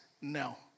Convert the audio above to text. No